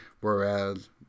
whereas